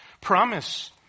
promise